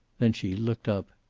then she looked up.